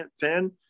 fan